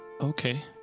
okay